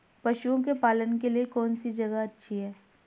पशुओं के पालन के लिए कौनसी जगह अच्छी है?